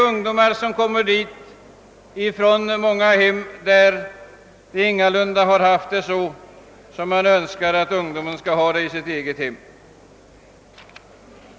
Ungdomar kommer dit från många hem, där de ingalunda har haft det så, som man Önskar att ungdomen skall ha det i sitt eget hem.